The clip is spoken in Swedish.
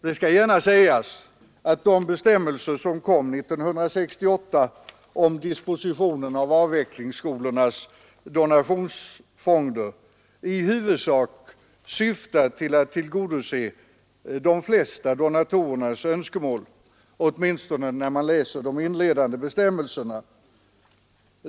Det skall gärna sägas att de bestämmelser som kom 1968 om dispositionen av avvecklingsskolornas donationsfonder i huvudsak syftar till att tillgodose de flesta donatorernas önskemål, åtminstone när man läser de inledande bestämmelserna.